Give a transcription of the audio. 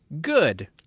good